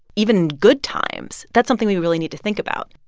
even in good times, that's something we really need to think about.